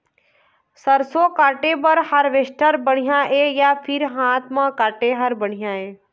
सरसों काटे बर हारवेस्टर बढ़िया हे या फिर हाथ म काटे हर बढ़िया ये?